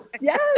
Yes